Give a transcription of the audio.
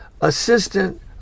assistant